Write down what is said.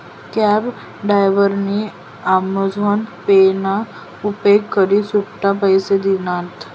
cab डायव्हरनी Amazon pay ना उपेग करी सुट्टा पैसा दिनात